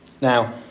Now